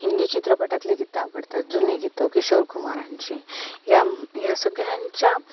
हिंदी चित्रपटातले गीतं आवडतात जुने गीतं किशोर कुमारांची या या सगळ्यांच्या